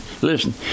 Listen